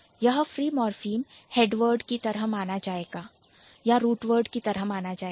यह free morpheme Head Word headword की तरह माना जाएगा या रूट वर्ड की तरह माना जाएगा